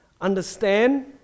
understand